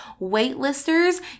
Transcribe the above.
waitlisters